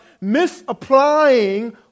misapplying